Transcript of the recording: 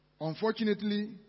Unfortunately